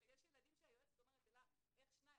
יש ילדים שהיועצת אומרת, אלה, איך שניים?